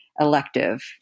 elective